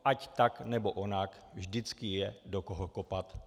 Ať tak nebo onak, vždycky je do koho kopat.